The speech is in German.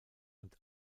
und